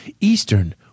Eastern